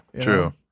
True